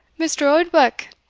mr. oldbuck,